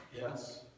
Yes